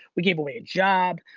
we gave away a job,